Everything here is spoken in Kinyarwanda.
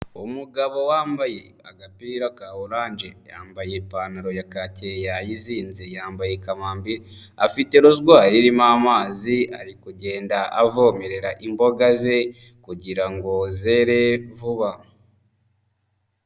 Umugabo wambaye agapira ka oranje, yambaye ipantaro ya kake yayizinze yambaye kamambiri, afite rozwari irimo amazi ari kugenda avomerera imboga ze kugira ngo zere vuba.